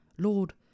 Lord